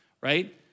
right